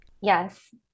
Yes